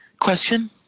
Question